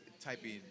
typing